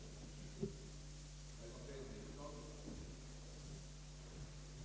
2) att i skrivelse till Kungl. Maj:t begära en översyn av andra likartade föreskrifter om ränta å restituerad skatt.